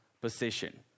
position